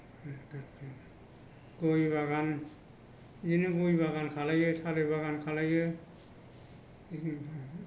गय बागान बिदिनो गय बागान खालामो थालिर बागान खालामो